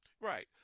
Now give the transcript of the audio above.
Right